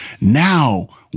Now